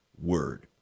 word